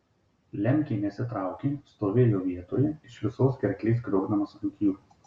lemkė nesitraukė stovėjo vietoje iš visos gerklės kriokdamas ant jų